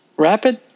Rapid